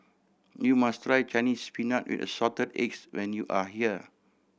you must try Chinese Spinach with Assorted Eggs when you are here